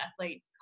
athlete